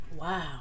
Wow